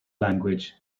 language